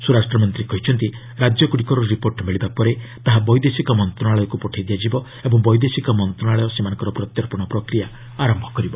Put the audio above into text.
ସ୍ୱରାଷ୍ଟ୍ରମନ୍ତ୍ରୀ କହିଛନ୍ତି ରାଜ୍ୟଗୁଡ଼ିକରୁ ରିପୋର୍ଟ ମିଳିବା ପରେ ତାହା ବୈଦେଶିକ ମନ୍ତ୍ରଣାଳୟକୁ ପଠାଇ ଦିଆଯିବ ଓ ବୈଦେଶିକ ମନ୍ତ୍ରଣାଳୟ ସେମାନଙ୍କର ପ୍ରତ୍ୟର୍ପଣ ପ୍ରକ୍ରିୟା ଆରମ୍ଭ କରିବ